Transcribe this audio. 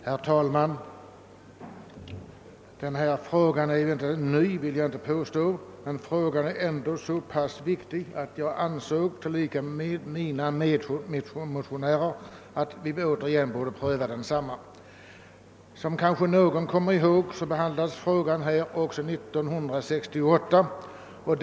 Herr talman! Denna fråga är inte ny, men den är så pass viktig att jag och mina medmotionärer ansett att den återigen borde prövas. Som kanske någon kommer ihåg behandlades frågan även av 1968 års riksdag.